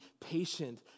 patient